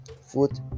food